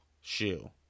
shoe